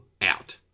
out